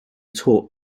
taught